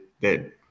dead